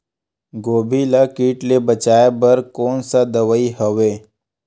गोभी ल कीट ले बचाय बर कोन सा दवाई हवे?